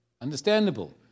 understandable